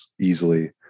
easily